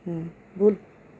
बोल